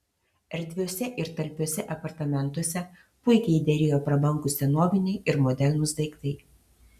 erdviuose ir talpiuose apartamentuose puikiai derėjo prabangūs senoviniai ir modernūs daiktai